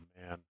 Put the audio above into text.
man